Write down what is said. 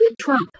Trump